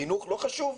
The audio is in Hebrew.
חינוך לא חשוב?